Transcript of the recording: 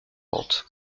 vente